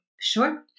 sure